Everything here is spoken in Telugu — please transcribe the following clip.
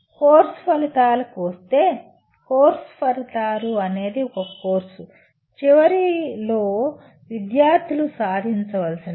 కోర్సు ఫలితాలకు వస్తే కోర్సు ఫలితాలు అనేది ఒక కోర్సు చివరిలో విద్యార్థులు సాధించాల్సినవి